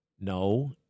No